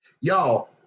Y'all